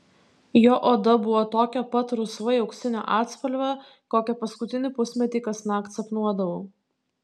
jo oda buvo tokio pat rusvai auksinio atspalvio kokią paskutinį pusmetį kasnakt sapnuodavau